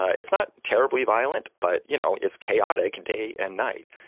it's not terribly violent but you know it's chaotic, and day and night.